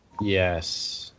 Yes